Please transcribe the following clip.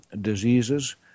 diseases